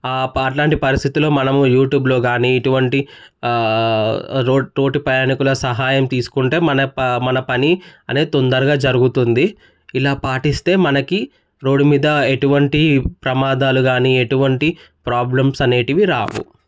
అలాంటి పరిస్థితుల్లో మనము యూట్యూబ్లో కానీ ఇటువంటి తోటి ప్రయాణికుల సహాయం తీసుకుంటే మన ప మన పని అనేది తొందరగా జరుగుతుంది ఇలా పాటిస్తే మనకి రోడ్డు మీద ఎటువంటి ప్రమాదాలు కానీ ఎటువంటి ప్రాబ్లమ్స్ అనేవి రావు